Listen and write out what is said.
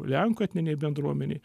lenkų etninei bendruomenei